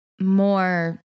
more